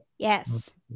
Yes